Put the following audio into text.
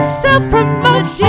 self-promotion